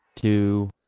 Two